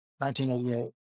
1988